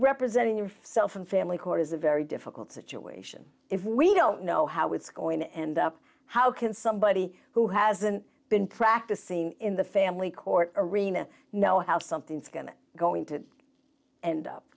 representing him self and family court is a very difficult situation if we don't know how it's going to end up how can somebody who hasn't been practicing in the family court arena know how something is going to going to end up